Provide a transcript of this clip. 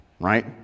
right